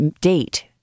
date